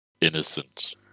innocent